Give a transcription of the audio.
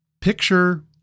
Picture